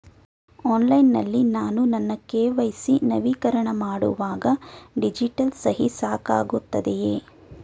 Online ನಲ್ಲಿ ನಾನು ನನ್ನ ಕೆ.ವೈ.ಸಿ ನವೀಕರಣ ಮಾಡುವಾಗ ಡಿಜಿಟಲ್ ಸಹಿ ಸಾಕಾಗುತ್ತದೆಯೇ?